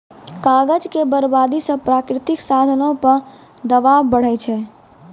कागज के बरबादी से प्राकृतिक साधनो पे दवाब बढ़ै छै